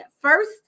First